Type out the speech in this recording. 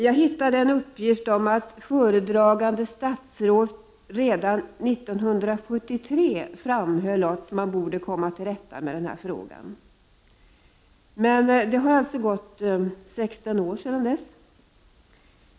Jag hittade en uppgift om att föredragande statsråd redan 1973 framhöll att man borde komma till rätta med den här frågan. Nu har det alltså förflutit 16 år.